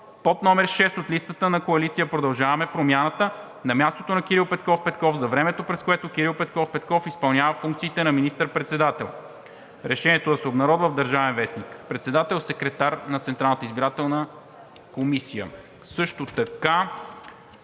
под № 6 от листата на Коалиция „Продължаваме Промяната“, на мястото на Кирил Петков Петков за времето, през което Кирил Петков Петков изпълнява функциите на министър-председател. Решението да се обнародва в „Държавен вестник“.“ Също така